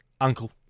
Uncle